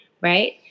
right